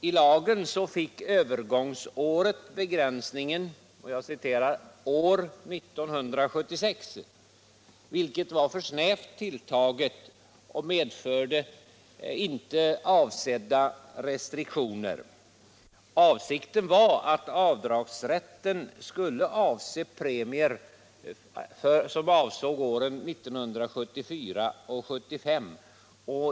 I lagen fick övergångsåret begränsningen ”år 1976”, vilket var för snävt tilltaget och medförde inte avsedda restriktioner. Meningen var att avdragsrätten skulle gälla premier som avsåg åren 1974 och 1975.